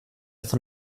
von